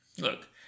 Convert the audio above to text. Look